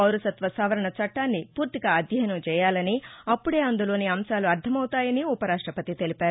పౌరసత్వ సవరణ చట్టాన్ని పూర్తిగా అధ్యయనం చేయాలని అప్పుదే అందులోని అంశాలు అర్గమవుతాయని ఉపరాష్టపతి తెలిపారు